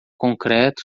concreto